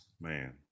Man